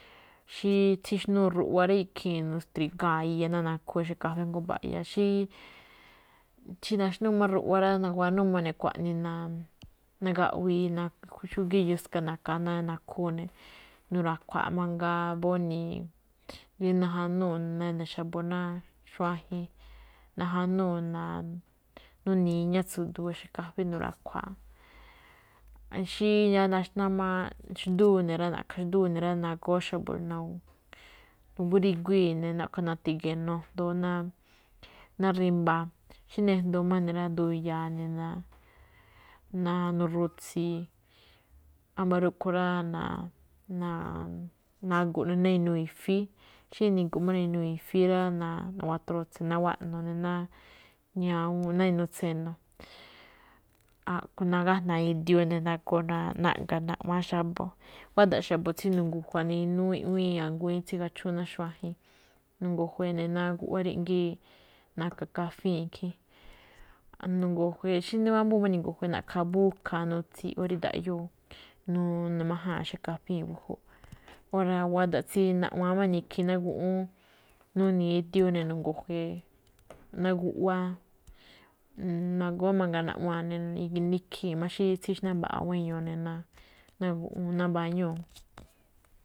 Xí tsíxnúu ruꞌwa rá ikhii̱n nu̱stri̱gáa̱ iya ná nakhúu ixe̱ kafée jngó mba̱ꞌya xí, naxnúu máꞌ ruꞌwa rá nanguanúu má̱ ne̱ xkuaꞌnii nagaꞌwii xúgíí yuska na̱ka̱a ná nakhúu ne̱, nu̱ra̱khuáa̱ mangaa bóni̱i̱ rí najanúu̱ nene̱ xa̱bo̱ ná xuajen, najanúu̱ nuni̱i̱ iñá tsu̱du̱u̱ ixe̱ kafée nu̱ra̱khuáa̱. Xí yá naxná má xndúu ne̱ rá, na̱ꞌkha̱ xndúu ne̱ rá, nagóó xa̱bo̱ naguri̱guíi̱ne̱ na̱ꞌkha̱ nu̱ti̱ge̱e̱ nujndoo ná-na rimbaa. Xí nijndoo má ne̱ rá, nduya̱a̱ ne̱ ná nu̱ru̱tsii̱. Wámba̱ rúꞌkhue̱n rá, ná. nago̱ꞌ ná inuu i̱fui̱í. Xí nigo̱ꞌ má ne̱ ná inuu i̱fui̱í rá, nawatro̱tse̱, nawaꞌno̱ ne̱ ná ñawúun ná inuu tse̱no̱. A̱ꞌkhue̱n nagájna̱a̱ idiuune̱ nago naꞌga̱ ne̱, naꞌwa̱a̱n xa̱bo̱. Guáda̱ꞌ xa̱bo̱ tsí nu̱ngu̱jua̱ ne̱ inúú iꞌwíin a̱ngui̱ín tsi gachúún ná xuajen. Nu̱ngu̱juwe̱e̱ ne̱, ná guꞌwá rí gíiꞌ, ná na̱ka̱ kafíi̱n ikhíin nu̱ngu̱juwe̱e̱. Xí wámbúu̱n máꞌ ni̱gu̱juwe̱e̱ na̱ꞌkha̱a̱ mbúkha̱a̱, nutsi̱i̱ iꞌwá rí ndaꞌyóo, nuni̱i̱ májáa̱n ixe̱ kafíi̱n mbu̱júꞌ. Óra̱ guáda̱ꞌ tsí naꞌwaan máꞌ ikhiin ná guꞌwúún, nuni̱i̱ idiuu̱ ne̱ nu̱ngu̱juwe̱e̱, ná nuꞌwáá, nagóó mangaa naꞌwa̱a̱n ne̱, jináá ikhii̱n xí tsíxná mbaꞌa guéño ne̱ ná guꞌwúu̱n ná mbañúu̱.